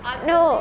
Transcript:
no